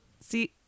see